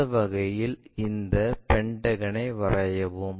அந்த வகையில் இந்த பென்டகனைக் வரையவும்